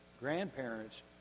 grandparents